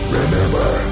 remember